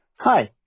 hi